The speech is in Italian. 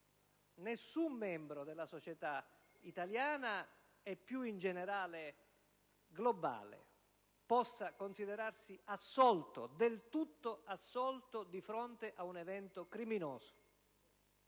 nessun membro della società italiana e, più in generale, globale possa considerarsi assolto del tutto di fronte a un evento criminoso.